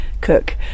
cook